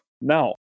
now